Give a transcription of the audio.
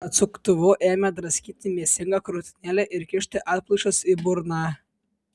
atsuktuvu ėmė draskyti mėsingą krūtinėlę ir kišti atplaišas į burną